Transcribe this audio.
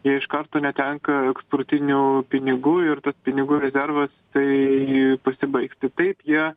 jie iš karto netenka eksportinių pinigų ir tas pinigų rezervas jisai pasibaigs tai taip jie